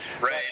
right